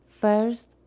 First